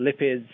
lipids